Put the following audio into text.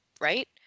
right